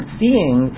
seeing